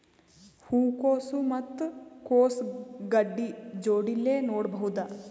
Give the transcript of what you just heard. ಹೂ ಕೊಸು ಮತ್ ಕೊಸ ಗಡ್ಡಿ ಜೋಡಿಲ್ಲೆ ನೇಡಬಹ್ದ?